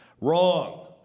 Wrong